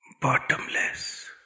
bottomless